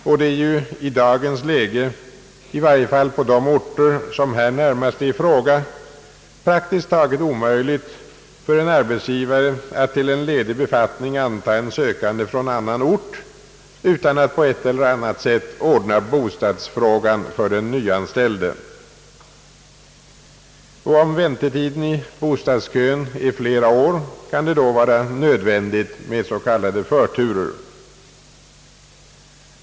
Och det är ju i dagens läge — i varje fall på de orter som det här närmast är fråga om — prakiiskt taget omöjligt för en arbetsgivare att till en ledig befattning antaga en sökande från annan ort utan att på ett eller annat sätt ordna bostadsfrågan för den nyanställde. Om väntetiden i bostadskön utgör flera år kan det då vara nödvändigt med s.k. förturer.